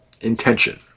intention